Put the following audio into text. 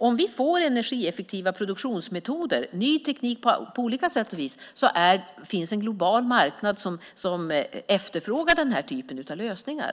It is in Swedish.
Om vi får energieffektiva produktionsmetoder - ny teknik på olika sätt - finns det en global marknad som efterfrågar just den typen av lösningar.